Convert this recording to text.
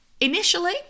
Initially